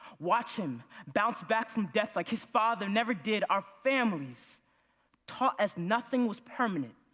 watch him bounce back from death like his father never did. our families taught us nothing was permanent.